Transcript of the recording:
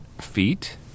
feet